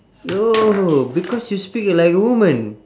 oh because you speak like woman